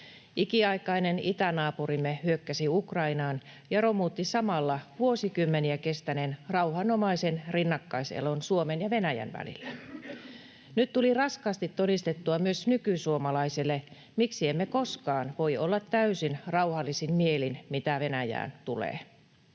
Ikiaikainen itänaapurimme hyökkäsi Ukrainaan ja romutti samalla vuosikymmeniä kestäneen rauhanomaisen rinnakkaiselon Suomen ja Venäjän välillä. Nyt tuli raskaasti todistettua myös nykysuomalaiselle, miksi emme koskaan voi olla täysin rauhallisin mielin, mitä Venäjään tulee.